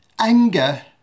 anger